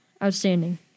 Outstanding